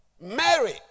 Mary